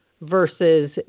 versus